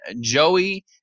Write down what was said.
Joey